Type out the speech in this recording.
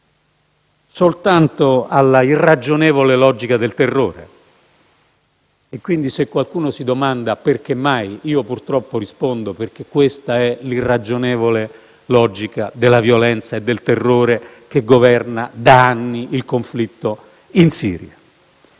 soltanto alla irragionevole logica del terrore. Quindi, se qualcuno si domanda: perché mai? Io, purtroppo, rispondo che questa è l'irragionevole logica della violenza e del terrore che governa da anni il conflitto in Siria.